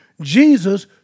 Jesus